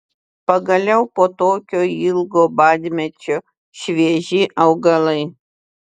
pagaliau po tokio ilgo badmečio švieži augalai